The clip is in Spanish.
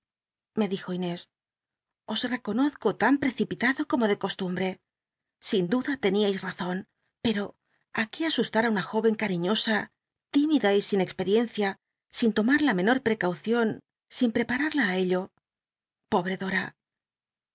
me dijo inés os reconozco tan precipitado como de costumbr e sin duda teníais razo pero qué asustar á una jóyen carriíosa tímida y sin experiencia sin tomar la menor precaucion sin prepararla á ello pobre dora